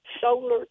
Solar